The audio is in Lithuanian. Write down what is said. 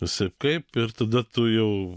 visaip kaip ir tada tu jau